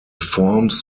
forms